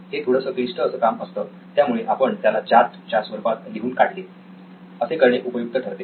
हे थोडंसं क्लिष्ट असं काम असतं त्यामुळे आपण त्याला चार्ट च्या स्वरूपात लिहून काढले असे करणे उपयुक्त ठरते